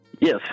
Yes